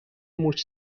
موج